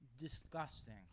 Disgusting